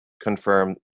confirm